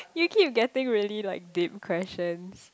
you keep getting really like deep questions